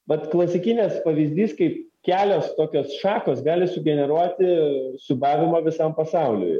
vat klasikinis pavyzdys kaip kelios tokios šakos gali sugeneruoti siūbavimą visam pasauliui